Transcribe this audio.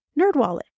NerdWallet